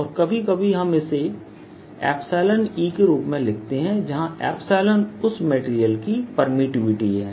और कभी कभी हम इसे E के रूप में लिखते हैं जहां एप्सिलॉन𝝐 उस मेटेरियल की परमिट्टीविटी है